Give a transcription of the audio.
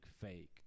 fake